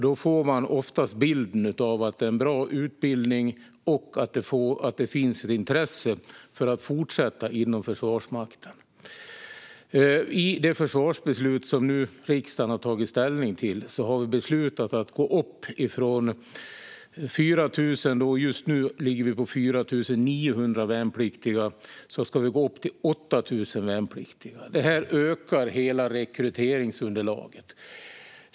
Då får jag oftast bilden av att det är en bra utbildning och att det finns ett intresse för att fortsätta inom Försvarsmakten. Enligt det försvarsbeslut som riksdagen har fattat har vi beslutat att gå upp från 4 900 värnpliktiga till 8 000 värnpliktiga. Detta ökar hela rekryteringsunderlaget.